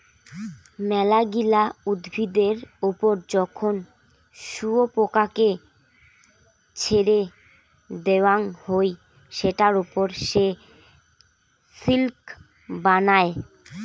মেলাগিলা উদ্ভিদের ওপর যখন শুয়োপোকাকে ছেড়ে দেওয়াঙ হই সেটার ওপর সে সিল্ক বানায়